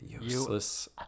Useless